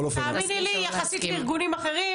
יחסית לארגונים אחרים,